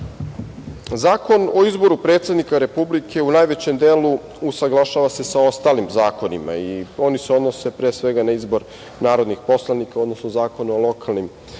o izboru predsednika Republike u najvećem delu usaglašava se sa ostalim zakonima, a oni se odnose pre svega na izbor narodnih poslanika, odnosno zakone o lokalnim